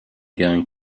going